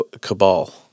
Cabal